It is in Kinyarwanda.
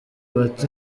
bata